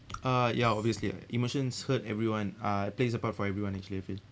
uh ya obviously ah emotions hurt everyone uh plays a part for everyone actually I feel